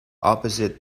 opposite